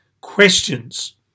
questions